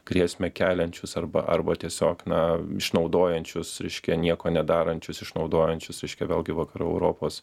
grėsmę keliančius arba arba tiesiog na išnaudojančius reiškia nieko nedarančius išnaudojančius reiškia vėlgi vakarų europos